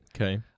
okay